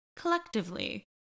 collectively